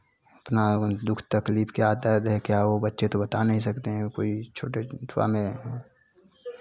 अपना वो दुःख तकलीफ़ क्या होता है तो क्या वो बच्चे तो बता नहीं सकते है कोई छोटे में